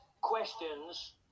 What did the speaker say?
questions